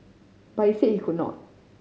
but he said he could not